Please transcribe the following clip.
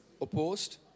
opposed